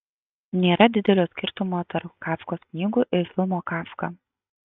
nėra didelio skirtumo tarp kafkos knygų ir filmo kafka